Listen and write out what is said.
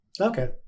okay